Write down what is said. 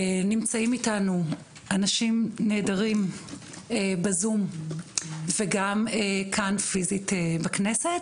נמצאים איתנו אנשים נהדרים בזום וגם כאן פיזית בכנסת,